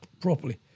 properly